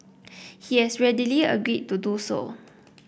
he has readily agreed to do so